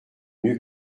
mieux